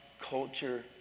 culture